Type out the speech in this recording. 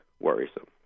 worrisome